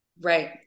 Right